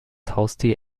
haustier